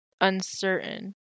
uncertain